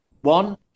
one